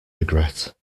regret